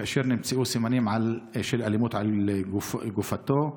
ונמצאו סימנים של אלימות על גופתו.